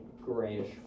Grayish